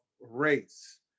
race